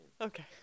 okay